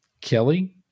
Kelly